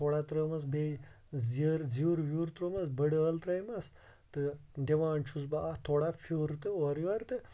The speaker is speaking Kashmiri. تھوڑا تروومَس بیٚیہِ زِر زیُر وِیُر تروومَس بٕڑٲل ترٲے مَس تہٕ دِوان چھُس بہٕ اَتھ تھوڑا فِیُر تہٕ اورٕ یورٕ تہٕ